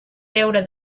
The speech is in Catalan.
deure